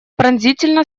пронзительно